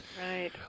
right